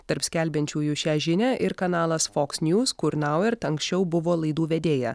tarp skelbiančiųjų šią žinią ir kanalas foks niuz kur nauert anksčiau buvo laidų vedėja